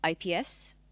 IPS